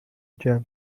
جمع